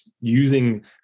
using